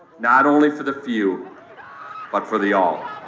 not only for the few but for the all